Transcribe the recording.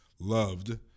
loved